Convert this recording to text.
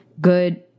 good